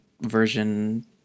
version